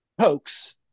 hoax